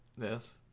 Yes